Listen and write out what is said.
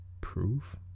proof